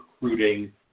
recruiting